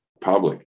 public